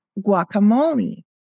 guacamole